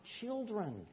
children